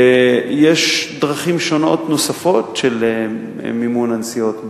יש דרכים שונות נוספות של מימון הנסיעות.